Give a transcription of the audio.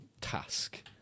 task